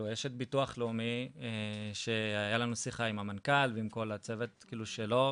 יש את ביטוח לאומי שהיתה לנו שיחה עם המנכ"ל ועם כל הצוות שלו,